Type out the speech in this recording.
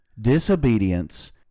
Disobedience